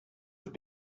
have